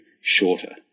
shorter